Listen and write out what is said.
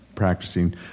Practicing